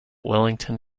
wellington